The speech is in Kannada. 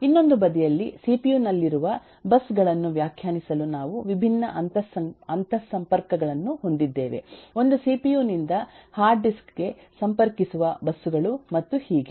ಇನ್ನೊಂದು ಬದಿಯಲ್ಲಿ ಸಿಪಿಯು ನಲ್ಲಿರುವ ಬಸ್ಸು ಗಳನ್ನು ವ್ಯಾಖ್ಯಾನಿಸಲು ನಾವು ವಿಭಿನ್ನ ಅಂತರ್ಸಂಪರ್ಕಗಳನ್ನು ಹೊಂದಿದ್ದೇವೆ ಒಂದು ಸಿಪಿಯು ನಿಂದ ಹಾರ್ಡ್ ಡಿಸ್ಕ್ಗೆ ಸಂಪರ್ಕಿಸುವ ಬಸ್ಸುಗಳು ಮತ್ತು ಹೀಗೆ